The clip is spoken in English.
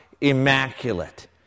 immaculate